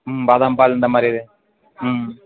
ம் பாதாம் பால் இந்த மாதிரி இது ம்